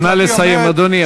אדוני,